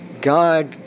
God